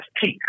peak